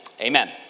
amen